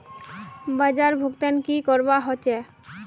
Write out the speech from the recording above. बाजार भुगतान की करवा होचे?